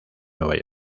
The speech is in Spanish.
nueva